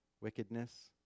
wickedness